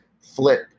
flip